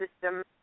System